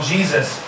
Jesus